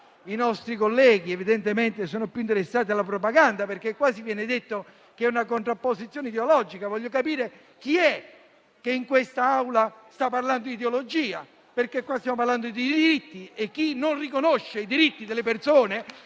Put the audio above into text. ascoltare; evidentemente sono più interessati alla propaganda perché qui viene detto che si tratta di una contrapposizione ideologica. Voglio capire chi in quest'Aula sta parlando di ideologia. Qui stiamo parlando di diritti e chi non riconosce i diritti delle persone